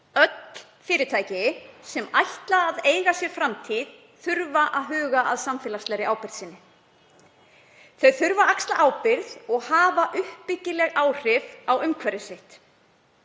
Öll fyrirtæki sem ætla að eiga sér framtíð þurfa að huga að samfélagslegri ábyrgð sinni. Þau þurfa að axla ábyrgð og hafa uppbyggileg áhrif á umhverfi sitt.